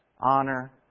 honor